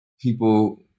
People